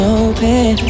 open